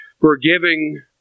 forgiving